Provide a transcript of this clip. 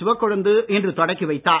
சிவக்கொழுந்து இன்று தொடக்கி வைத்தார்